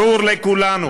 ברור לכולנו